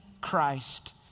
Christ